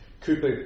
Cooper